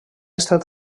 estat